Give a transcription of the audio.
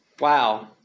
Wow